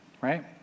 right